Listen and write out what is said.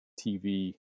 TV